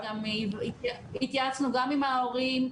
התייעצנו גם עם ההורים.